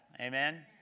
amen